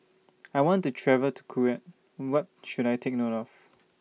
I want to travel to Kuwait What should I Take note of